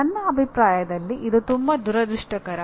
ನನ್ನ ಅಭಿಪ್ರಾಯದಲ್ಲಿ ಇದು ತುಂಬಾ ದುರದೃಷ್ಟಕರ